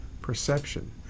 perception